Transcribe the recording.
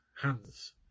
hands